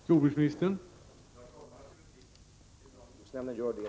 Herr talman! Naturligtvis är det bättre om jordbruksnämnden gör det.